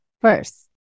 first